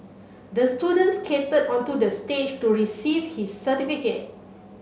the student skated onto the stage to receive his certificate